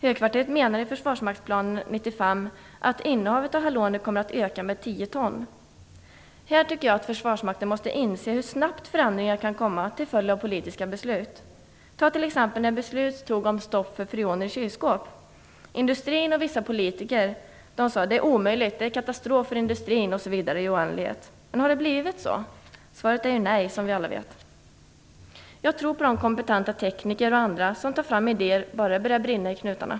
Högkvarteret säger i Försvarsmaktsplan 95 att innehavet av haloner kommer att öka med 10 ton. Här tycker jag att försvarsmakten måste inse hur snabbt förändringar kan komma till följd av politiska beslut. Ta t.ex. det beslut som fattats om stopp för freoner i kylskåp. Industrin och vissa politiker sade: Det är omöjligt. Det är katastrof för industrin osv. Men har det blivit så? Svaret är nej, som vi alla vet. Jag tror på kompetenta tekniker och andra som tar fram idéer bara det börjar brinna i knutarna.